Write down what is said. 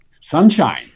Sunshine